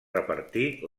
repartir